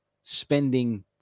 spending